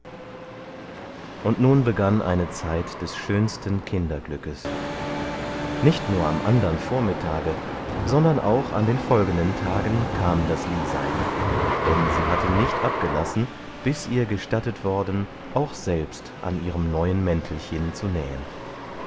und nun begann eine zeit des schönsten kinderglückes nicht nur am andern vormittage sondern auch an den folgenden tagen kam das lisei denn sie hatte nicht abgelassen bis ihr gestattet worden auch selbst an ihrem neuen mäntelchen zu nähen